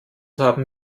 haben